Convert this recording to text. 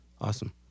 Awesome